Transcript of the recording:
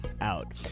out